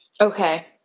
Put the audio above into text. Okay